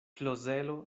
klozelo